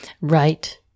Right